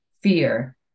fear